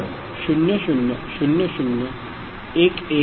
तर 0000110